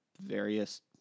various